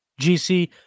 GC